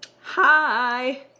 Hi